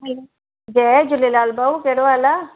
जय झूलेलाल भाऊ केड़ो हाल आ